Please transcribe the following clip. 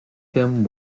them